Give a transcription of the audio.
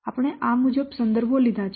આપણે આ મુજબ સંદર્ભો લીધા છે